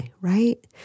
right